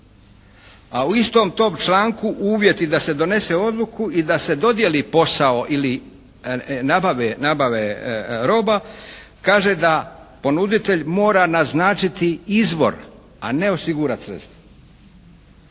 A u istom tom članku uvjeti da se donese odluku i da se dodijeli posao ili nabave roba, kaže da ponuditelj mora naznačiti izvor a ne osigurati sredstva.